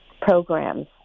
programs